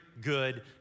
good